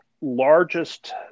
largest